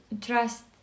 trust